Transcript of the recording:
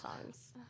songs